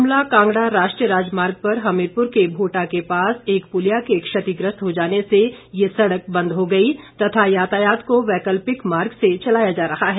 शिमला कांगड़ा राष्ट्रीय राजमार्ग पर हमीरपुर के भोटा के पास एक पुलिया के क्षतिग्रस्त हो जाने से ये सड़क बंद हो गई तथा यातायात को वैकल्पिक मार्ग से चलाया जा रहा है